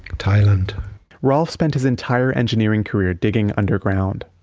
thailand ralph spent his entire engineering career digging underground.